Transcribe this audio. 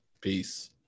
peace